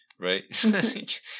right